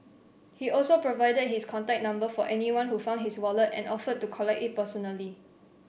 he also provided his contact number for anyone who found his wallet and offered to collect it personally